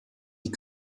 die